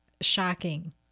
shocking